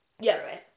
Yes